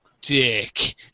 dick